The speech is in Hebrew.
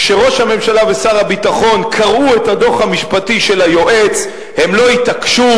כשראש הממשלה ושר הביטחון קראו את הדוח המשפטי של היועץ הם לא התעקשו,